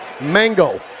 mango